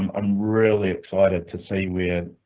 um i'm really excited to see where